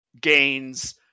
gains